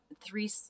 three